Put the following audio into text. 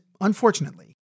unfortunately